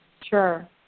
Sure